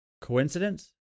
Coincidence